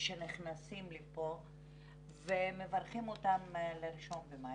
שנכנסים לפה ומברכים אותם לאחד במאי.